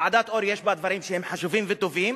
ועדת-אור, יש בה דברים שהם חשובים וטובים.